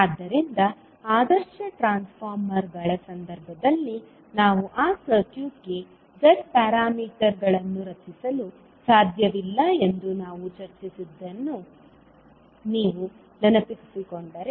ಆದ್ದರಿಂದ ಆದರ್ಶ ಟ್ರಾನ್ಸ್ಫಾರ್ಮರ್ಗಳ ಸಂದರ್ಭದಲ್ಲಿ ನಾವು ಆ ಸರ್ಕ್ಯೂಟ್ಗೆ z ಪ್ಯಾರಾಮೀಟರ್ಗಳನ್ನು ರಚಿಸಲು ಸಾಧ್ಯವಿಲ್ಲ ಎಂದು ನಾವು ಚರ್ಚಿಸಿದ್ದನ್ನು ನೀವು ನೆನಪಿಸಿಕೊಂಡರೆ